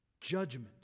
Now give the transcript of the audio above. judgment